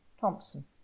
Thompson